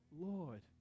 Lord